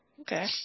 Okay